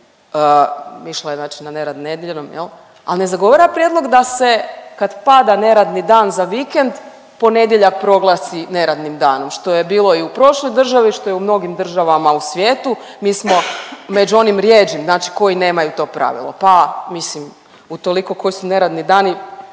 išla je znači na nerad nedjeljom, ali ne zagovara prijedlog da se kad pada neradni dan za vikend ponedjeljak proglasi neradnim danom što je bilo i u prošloj državi, što je u mnogim državama u svijetu. Mi smo među onim rjeđim, znači koji nemaju to pravilo pa mislim utoliko koji su neradni dani.